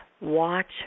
watch